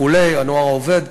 "הנוער העובד".